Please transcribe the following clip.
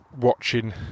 watching